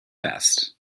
best